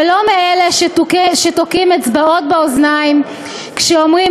ולא מאלו שתוקעים אצבעות באוזניים כשאומרים